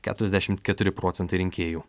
keturiasdešim keturi procentai rinkėjų